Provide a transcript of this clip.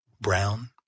brown